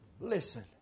Listen